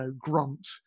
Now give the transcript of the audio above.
grunt